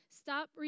Stop